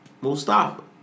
Mustafa